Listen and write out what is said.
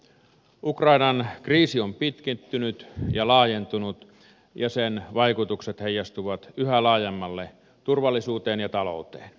ukrainan kriisi on pitkittynyt ja laajentunut ja sen vaikutukset heijastuvat yhä laajemmalle turvallisuuteen ja talouteen